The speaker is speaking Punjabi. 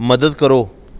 ਮਦਦ ਕਰੋ